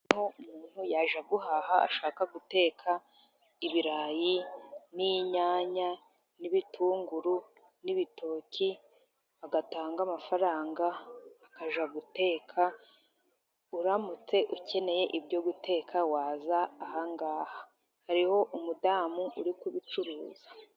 Noneho umuntu yajya guhaha ashaka guteka ibirayi, inyanya, ibitunguru n'ibitoki, agatanga amafaranga akajya guteka. Uramutse ukeneye ibyo guteka waza ahangaha hariho umudamu uri kubicuruza.